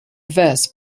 verse